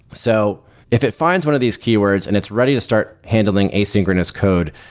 so if it finds one of these keywords and it's ready to start handling asynchronous code,